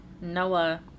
Noah